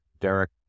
Derek